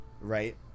right